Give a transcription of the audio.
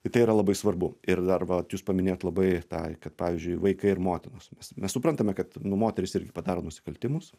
tai yra labai svarbu ir dar vat jūs paminėjot labai tą kad pavyzdžiui vaikai ir motinos mes suprantame kad nu moterys irgi padaro nusikaltimus